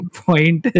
point